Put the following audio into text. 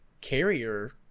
carrier